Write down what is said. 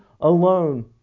alone